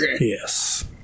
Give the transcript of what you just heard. Yes